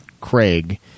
Craig